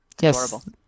yes